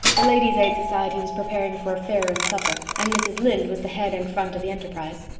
the ladies' aid society was preparing for a fair and supper, and mrs. lynde was the head and front of the enterprise.